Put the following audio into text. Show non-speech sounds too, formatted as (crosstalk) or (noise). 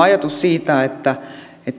(unintelligible) ajatus siitä että